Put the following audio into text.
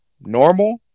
normal